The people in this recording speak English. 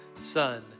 Son